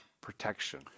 protection